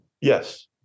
Yes